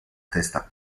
testa